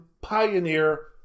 pioneer